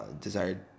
desired